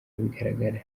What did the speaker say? bigaragara